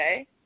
Okay